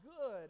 good